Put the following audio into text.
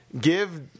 Give